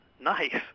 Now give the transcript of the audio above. nice